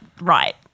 right